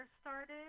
started